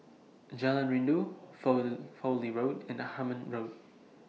Jalan Rindu Fowlie Road and Hemmant Road